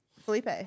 Felipe